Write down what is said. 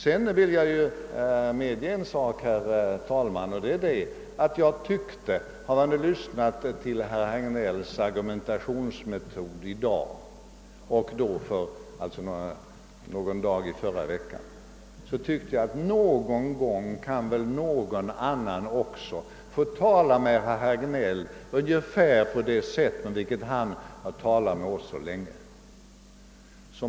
Sedan vill jag medge en sak, herr talman, nämligen att jag — efter att ha studerat herr Hagnells argumentationsmetod i dag och någon dag i förra veckan — tyckte att någon annan väl någon gång kan få tala med herr Hagnell ungefär på det sätt på vilket han har talat med oss andra så länge.